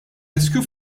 riskju